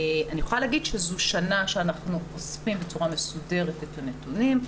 אני יכולה להגיד שזו שנה שאנחנו אוספים בצורה מסודרת את הנתונים.